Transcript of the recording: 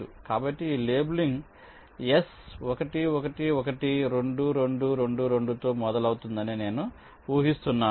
కాబట్టి ఈ labelling S 1 1 1 2 2 2 2 తో మొదలవుతుందని నేను ఊహిస్తున్నాను